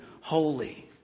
holy